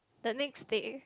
the next day